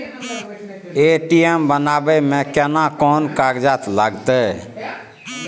ATM बनाबै मे केना कोन कागजात लागतै?